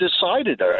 decided